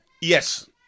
Yes